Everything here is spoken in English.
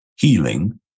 healing